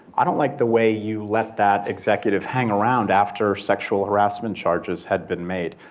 i don't like the way you let that executive hang around after sexual harassment charges had been made.